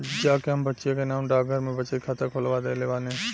जा के हम बचिया के नामे डाकघर में बचत खाता खोलवा देले बानी